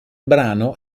brano